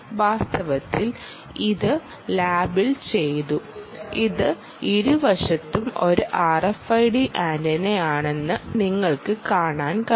വാസ്തവത്തിൽ ഇത് ലാബിൽ ചെയ്തു ഇത് ഇരുവശത്തും ഒരു RFID ആന്റിനയാണെന്ന് നിങ്ങൾക്ക് കാണാൻ കഴിയും